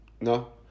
no